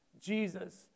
Jesus